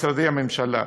משרדי הממשלה.